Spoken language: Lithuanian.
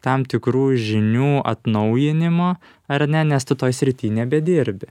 tam tikrų žinių atnaujinimo ar ne nes tu toj srity nebedirbi